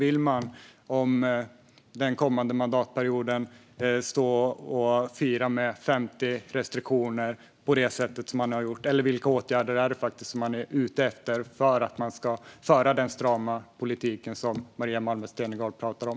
Vill ni under kommande mandatperiod stå och fira 50 restriktioner på det sätt som man har gjort i Danmark, eller vilka åtgärder är ni ute efter för att föra den strama politik som Maria Malmer Stenergard talar om?